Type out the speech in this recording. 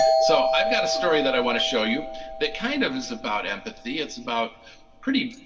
so i've got a story that i want to show you that kind of is about empathy. it's about pretty,